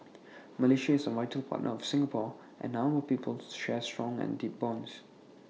Malaysia is A vital partner of Singapore and our peoples share strong and deep bonds